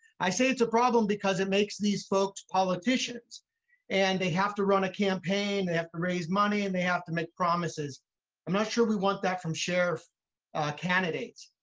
i say it's a problem because it makes these folks politicians and they have to run a campaign, they have to raise money and they have to make promises. i'm not sure we want that from sheriff candidates.